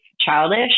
childish